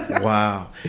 Wow